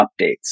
updates